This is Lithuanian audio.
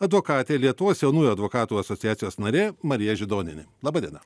advokatė lietuvos jaunųjų advokatų asociacijos narė marija židonienė laba diena